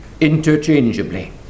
interchangeably